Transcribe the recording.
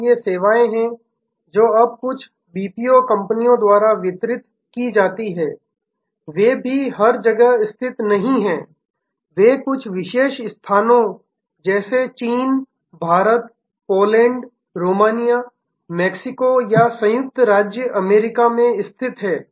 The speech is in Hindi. तो ये सेवाएं जो अब कुछ बीपीओ कंपनियों द्वारा वितरित की जाती हैं वे भी हर जगह स्थित नहीं हैं वे कुछ विशेष स्थानों जैसे चीन भारत पोलैंड रोमानिया मैक्सिको संयुक्त राज्य अमेरिका में स्थित हैं